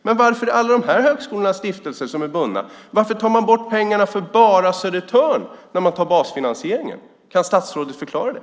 Men av alla de här högskolorna varför tar man bort pengarna bara för Södertörn när det gäller basfinansieringen? Kan statsrådet förklara det?